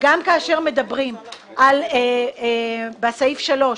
גם כאשר מדברים בסעיף 3: